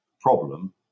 problem